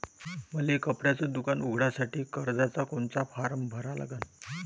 मले कपड्याच दुकान उघडासाठी कर्जाचा कोनचा फारम भरा लागन?